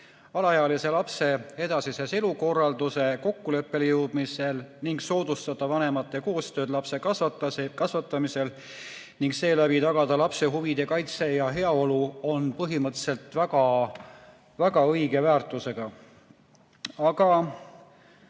alaealise lapse edasises elukorralduses kokkuleppele jõudmisel ning soodustada vanemate koostööd lapse kasvatamisel ning seeläbi tagada lapse huvide kaitse ja heaolu on põhimõtteliselt väga õige väärtusega. Aga